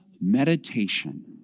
meditation